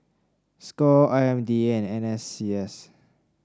Score I M D A and N S C S